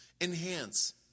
enhance